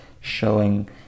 showing